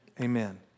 Amen